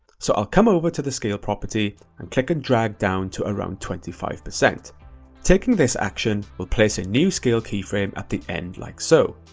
so i'll come over to the scale property and click and drag down to around twenty five. taking this action will place a new scale keyframe at the end like so.